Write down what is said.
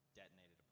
detonated